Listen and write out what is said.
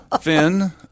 Finn